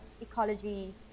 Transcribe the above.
ecology